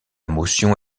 motion